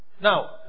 Now